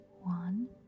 one